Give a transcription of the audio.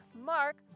Mark